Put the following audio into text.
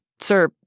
Sir